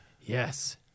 Yes